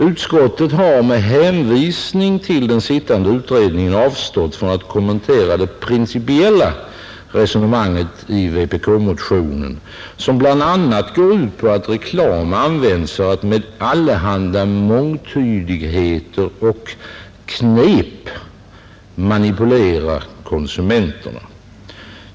Utskottet har med hänvisning till den sittande utredningen avstått från att kommentera det principiella resonemanget i vpk-motionen, som bl.a. går ut på att reklam användes för att med allehanda mångtydigheter och knep manipulera konsumenterna.